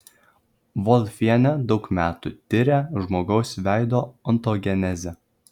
volfienė daug metų tiria žmogaus veido ontogenezę